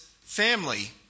family